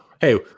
hey